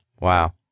Wow